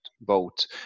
boat